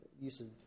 uses